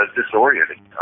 disorienting